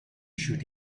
shoot